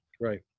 Right